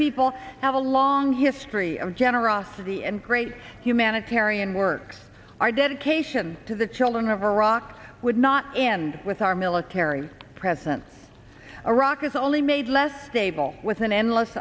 people have a long history of generosity and great humanitarian works our dedication to the children of iraq would not end with our military presence in iraq is only made less stable with an endless